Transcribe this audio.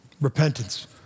Repentance